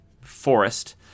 forest